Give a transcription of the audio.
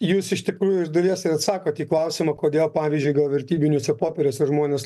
jūs iš tikrųjų iš dalies ir atsakot į klausimą kodėl pavyzdžiui gal vertybiniuose popieriuose žmonės